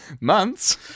Months